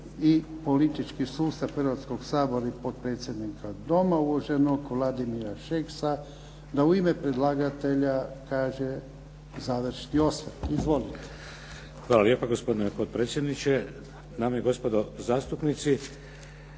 i politički sustav Hrvatskog sabora i potpredsjednika Doma uvaženog Vladimira Šeksa da u ime predlagatelja kaže završni osvrt. Izvolite. **Šeks, Vladimir (HDZ)** Hvala lijepo gospodine potpredsjedniče. Dame i gospodo zastupnici.